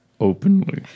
openly